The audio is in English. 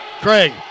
Craig